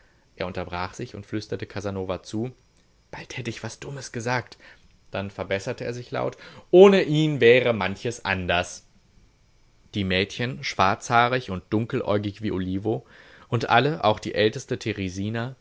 er unterbrach sich und flüsterte casanova zu bald hätt ich was dummes gesagt dann verbesserte er sich laut ohne ihn wäre manches anders die mädchen schwarzhaarig und dunkeläugig wie olivo und alle auch die älteste